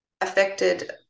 affected